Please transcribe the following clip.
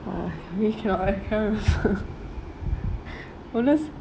uh really cannot I cannot remember no let's